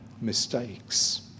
mistakes